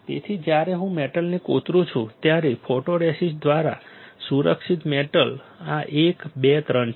તેથી જ્યારે હું મેટલને કોતરું છું ત્યારે ફોટોરેસિસ્ટ દ્વારા સુરક્ષિત મેટલ આ 1 2 3 છે